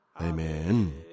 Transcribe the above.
Amen